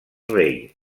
rei